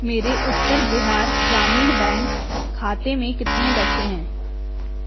मेरे उत्तर बिहार ग्रामीण बैंक खाते में कितने बचे हैं